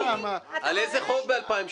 על איזה חוב ב-2017?